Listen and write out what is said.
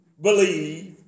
believe